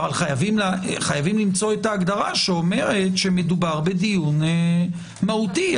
אבל חייבים למצוא את ההגדרה שאומרת שמדובר בדיון מהותי.